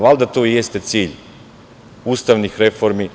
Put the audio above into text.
Valjda to i jeste cilj ustavnih reformi.